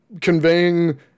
conveying